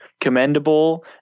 commendable